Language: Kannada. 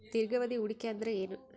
ದೀರ್ಘಾವಧಿ ಹೂಡಿಕೆ ಅಂದ್ರ ಏನು?